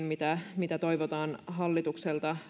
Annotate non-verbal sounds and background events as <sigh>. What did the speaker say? <unintelligible> mitä lisätoimia toivotaan hallitukselta